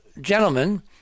gentlemen